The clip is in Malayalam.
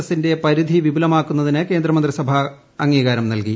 എസിന്റെ പരിധി വിപുലമാക്കുന്നതിന് കേന്ദ്രമന്ത്രിസഭ അംഗീകാരം നല്കി